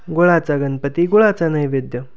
गुळाचा गणपती गुळाचा नैवेद्य